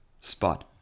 spot